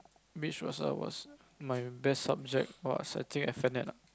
which was sub was my best subject !woah! I think F-and-N ah